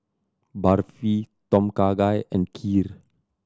Barfi Tom Kha Gai and Kheer